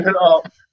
up